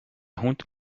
hund